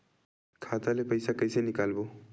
खाता ले पईसा कइसे निकालबो?